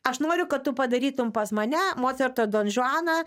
aš noriu kad tu padarytum pas mane mocarto don žuaną